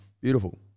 Beautiful